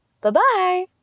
Bye-bye